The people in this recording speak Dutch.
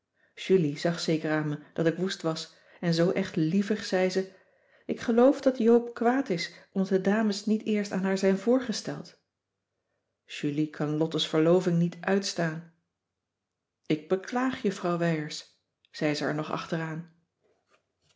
julie zag zeker aan me dat ik woest was en zoo echt lievig zei ze ik geloof dat joop kwaad is omdat de dames niet eerst aan haar zijn voorgesteld julie kan lottes verloving niet uitstaan ik beklaag juffrouw wijers zei ze er nog achteraan